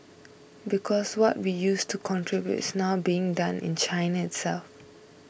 because what we used to contribute is now being done in China itself